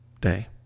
day